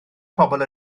pobl